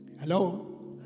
Hello